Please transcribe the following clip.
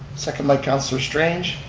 second by councilor strange.